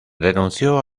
renunció